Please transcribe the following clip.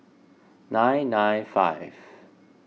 nine nine five